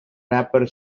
rapper